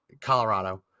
colorado